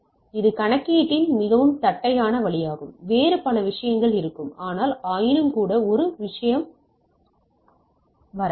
எனவே இது கணக்கீட்டின் மிகவும் தட்டையான வழியாகும் வேறு பல விஷயங்கள் இருக்கும் ஆனால் ஆயினும் கூட ஒரு விஷயத்திற்கு வரலாம்